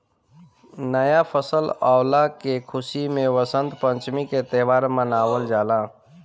नया फसल अवला के खुशी में वसंत पंचमी के त्यौहार मनावल जाला